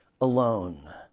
alone